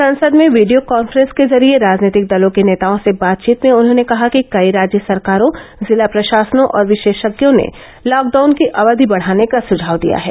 संसद में video conference के जरिये राजनीतिक दलों के नेताओं से बातचीत में उन्होंने कहा कि कई राज्य सरकारों जिला प्रशासनों और विशेषज्ञों ने लॉकडाउन की अवधि बढाने का सुझाव दिया है